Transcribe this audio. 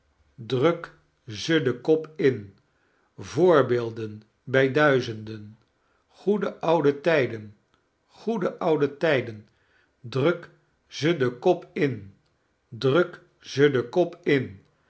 druk ze den kop in goede oude tijd goede oude tijd voorbeelden bij duizenden druk ze den kop in druk ze den kop in